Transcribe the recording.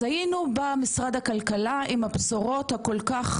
אז היינו במשרד הכלכלה עם הבשורות הכול כך